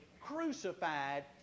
crucified